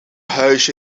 huisje